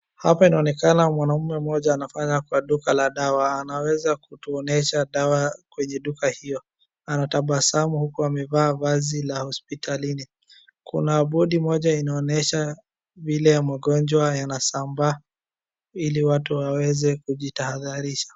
Hapa inaonekana mwanaume mmoja anafanya kwa duka la dawa. Anaweza kutuonesha dawa kwenye duka hiyo. Anatabasamu huku amevaa vazi la hospitalini. Kuna bodi moja inaonyesha vile magonjwa yanasambaa iiliwatu waweze kujitahadharisha.